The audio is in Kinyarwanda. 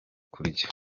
kurya